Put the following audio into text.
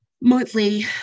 monthly